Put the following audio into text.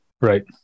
Right